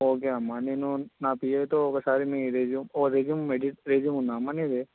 okay అమ్మ నేను నా పిఏతో ఒకసారి మీ రెస్యూమ్ ఓ రెస్యూమ్ ఎడి రెస్యూమ్ ఉందా అమ్మ నీది